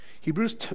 Hebrews